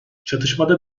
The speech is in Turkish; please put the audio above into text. çatışmada